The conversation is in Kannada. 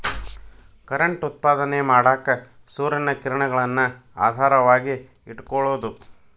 ಕರೆಂಟ್ ಉತ್ಪಾದನೆ ಮಾಡಾಕ ಸೂರ್ಯನ ಕಿರಣಗಳನ್ನ ಆಧಾರವಾಗಿ ಇಟಕೊಳುದು